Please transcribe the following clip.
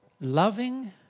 loving